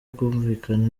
kumvikana